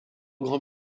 grand